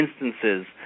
instances